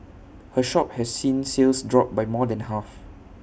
her shop has seen sales drop by more than half